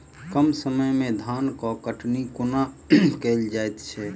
कम समय मे धान केँ कटनी कोना कैल जाय छै?